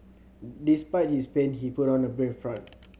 despite his pain he put on a brave front